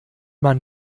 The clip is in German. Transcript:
man